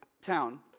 town